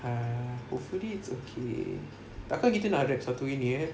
ah hopefully it's okay tak kan kita nak like satu ini eh